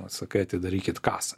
vat sakai atidarykit kasą